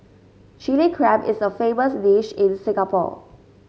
Chilli Crab is a famous dish in Singapore